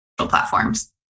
platforms